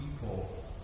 people